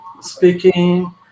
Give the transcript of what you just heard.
speaking